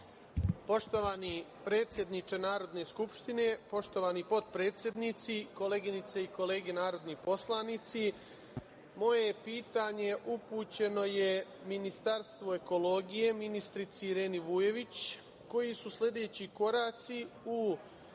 Poštovani predsedniče Narodne skupštine, poštovani potpredsednici, koleginice i kolege narodni poslanici, moje pitanje upućeno je Ministarstvu ekologije ministrici Ireni Vujović – koji su sledeći koraci u